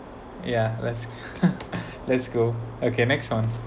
yeah let's let's go okay next one